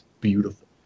beautiful